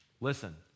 Listen